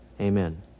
Amen